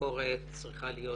הביקורת צריכה להיות,